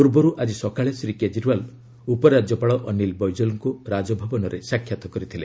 ପୂର୍ବରୁ ଆଜି ସକାଳେ ଶ୍ରୀ କେଜରିୱାଲ ଉପରାଜ୍ୟପାଳ ଅନୀଲ ବୈଜଲଙ୍କୁ ରାଜଭବନରେ ସାକ୍ଷାତ କରିଥିଲେ